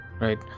right